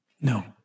No